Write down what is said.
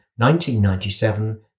1997